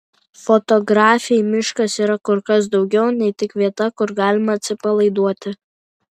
fotografei miškas yra kur kas daugiau nei tik vieta kur galima atsipalaiduoti